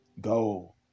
Go